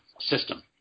system